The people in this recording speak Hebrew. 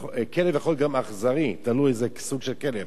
כלב יכול גם להיות אכזרי, תלוי איזה סוג של כלב,